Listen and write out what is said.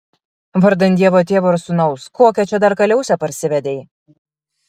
vardan dievo tėvo ir sūnaus kokią čia dar kaliausę parsivedei